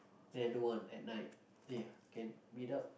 then another one at night eh can meet up